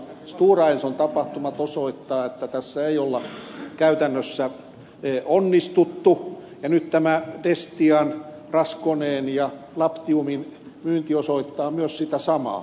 stora enson tapahtumat osoittavat että tässä ei ole käytännössä onnistuttu ja nyt tämä destian raskoneen ja labtiumin myynti osoittaa myös sitä samaa